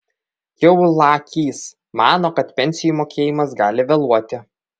kiaulakys mano kad pensijų mokėjimas gali vėluoti